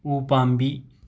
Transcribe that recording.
ꯎꯄꯥꯝꯕꯤ